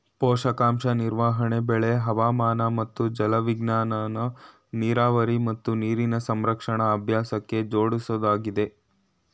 ಪೋಷಕಾಂಶ ನಿರ್ವಹಣೆ ಬೆಳೆ ಹವಾಮಾನ ಮತ್ತು ಜಲವಿಜ್ಞಾನನ ನೀರಾವರಿ ಮತ್ತು ನೀರಿನ ಸಂರಕ್ಷಣಾ ಅಭ್ಯಾಸಕ್ಕೆ ಜೋಡ್ಸೊದಾಗಯ್ತೆ